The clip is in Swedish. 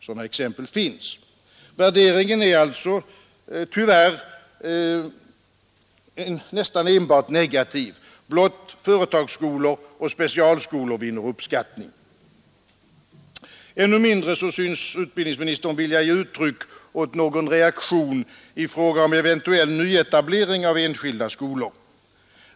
Sådana exempel finns. Värderingen är alltså tyvärr nästan enbart negativ. Blott företagsskolor och specialskolor vinner uppskattning. Ännu mindre syns utbildningsministern vilja ge uttryck åt någon reaktion i fråga om eventuell nyetablering av enskilda skolor.